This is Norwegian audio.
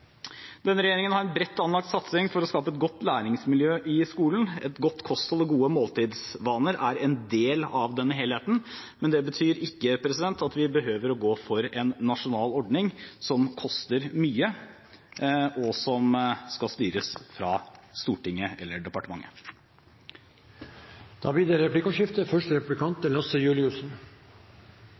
Denne regjeringen har en bredt anlagt satsing for å skape et godt læringsmiljø i skolen. Et godt kosthold og gode måltidsvaner er en del av denne helheten. Men det betyr ikke at vi behøver å gå for en nasjonal ordning som koster mye, og som skal styres fra Stortinget eller departementet. Det blir replikkordskifte. Statsråden har flere ganger i denne salen uttrykt at han er